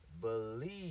believe